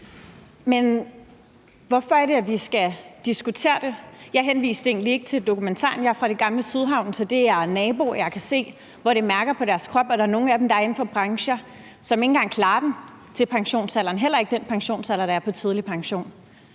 Men hvorfor er det, at vi skal diskutere det? Jeg henviste egentlig ikke til dokumentaren. Jeg er fra det gamle Sydhavnen, så det er naboer. Jeg kan se, hvordan det mærker deres krop, og nogle af dem er inden for brancher, hvor de ikke engang klarer den til pensionsalderen, heller ikke den pensionsalder, der er ved tidlig pension.